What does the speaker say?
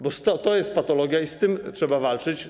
Bo to jest patologia i z tym trzeba walczyć.